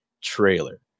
trailer